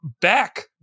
back